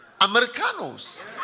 Americanos